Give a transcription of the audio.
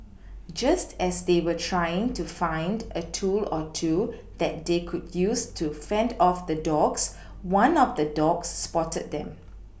just as they were trying to find a tool or two that they could use to fend off the dogs one of the dogs spotted them